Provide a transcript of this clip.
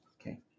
Okay